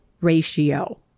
ratio